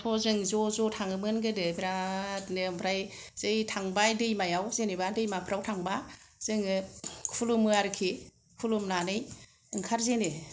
जों ज'ज' थाङोमोन गोदो बेरादनो ओमफ्राय जै थांबाय दैमायाव जेनेबा दैमाफ्राव थांबा जोङो खुलुमो आरोखि खुलुमनानै ओंखारजेनो